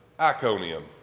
Iconium